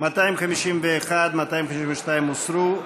251 ו-252 הוסרו.